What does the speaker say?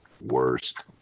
worst